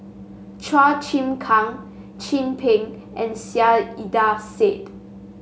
Chua Chim Kang Chin Peng and Saiedah Said